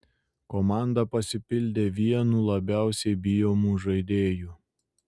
komanda pasipildė vienu labiausiai bijomų žaidėjų